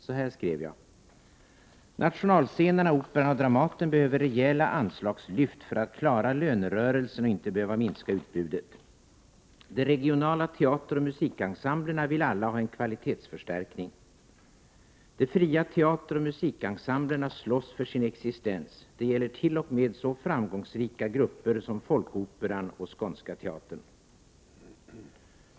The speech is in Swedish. Så här skrev jag: ”Nationalscenerna Operan och Dramaten behöver rejäla anslagslyft för att klara lönerörelsen och inte behöva minska utbudet. De regionala teateroch musikensemblerna vill alla ha en kvalitetsförstärkning. De fria teateroch musikensemblerna slåss för sin existens. Det gäller t.o.m. så framgångsrika grupper som Folkoperan och Skånska teatern.